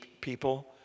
people